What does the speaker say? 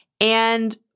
And-